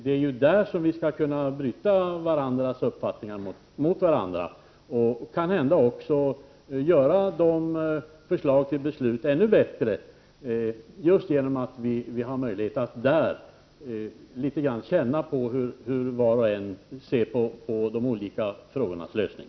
Det är där vi skall kunna bryta våra uppfattningar mot varandra och kanhända få fram ännu bättre förslag till beslut just genom att vi där har möjlighet att känna på hur var och en ser på de olika frågornas lösning.